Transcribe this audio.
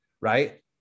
right